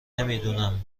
نمیدونم